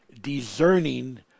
discerning